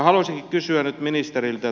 haluaisinkin kysyä nyt ministeriltä